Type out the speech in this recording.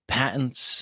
patents